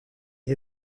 est